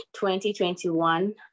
2021